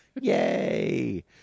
Yay